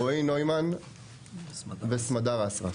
רועי נוימן וסמדר אסרף,